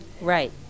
Right